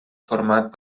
format